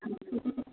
ଆମ